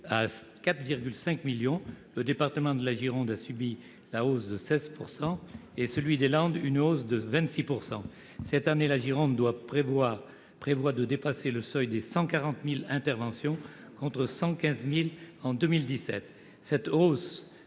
à 4,6 millions. Le département de la Gironde a subi une hausse de 16 %, celui des Landes de 26 %. Cette année, la Gironde prévoit de dépasser le seuil des 140 000 interventions, contre 115 000 en 2017.